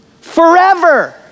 forever